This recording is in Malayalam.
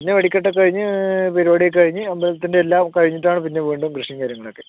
പിന്നെ വെടിക്കെട്ടൊക്കെ കഴിഞ്ഞ് പരിപാടിയൊക്കെ കഴിഞ്ഞു അമ്പലത്തിൻ്റെ എല്ലാം കഴിഞ്ഞിട്ടാണ് പിന്നെ വീണ്ടും കൃഷിയും കാര്യങ്ങളൊക്കെ